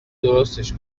درستش